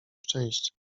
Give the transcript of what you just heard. szczęścia